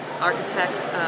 architects